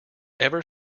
ever